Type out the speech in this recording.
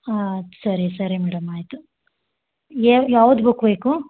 ಹಾಂ ಸರಿ ಸರಿ ಮೇಡಮ್ ಆಯಿತು ಯಾವ್ದು ಬುಕ್ ಬೇಕು